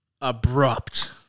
abrupt